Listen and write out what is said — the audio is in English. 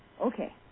Okay